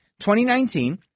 2019